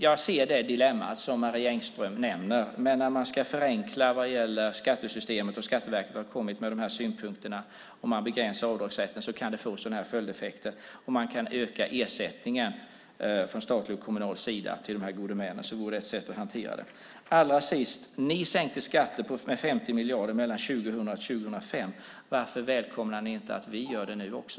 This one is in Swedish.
Jag ser det dilemma som Marie Engström nämner. När man ska förenkla i skattesystemet och Skatteverket har kommit med synpunkterna att begränsa avdragsrätten kan det få sådana här följdeffekter. Man kan öka ersättningen från statlig och kommunal sida till gode männen. Det vore ett sätt att hantera detta. Allra sist: Ni sänkte skatten med 50 miljarder mellan 2000 och 2005. Varför välkomnar ni inte att vi gör det nu också?